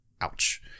Ouch